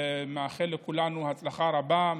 ומאחל לכולנו הצלחה רבה.